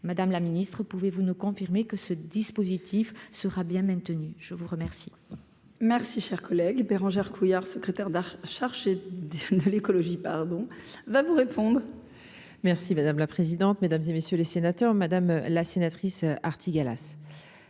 madame la ministre, pouvez-vous nous confirmer que ce dispositif sera bien maintenu, je vous remercie. Merci, cher collègue, Bérangère Couillard secrétaire d'art, chargée de l'écologie, pardon, va vous répondre. Merci madame la présidente, mesdames et messieurs les sénateurs, madame la sénatrice Artigalas